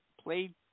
played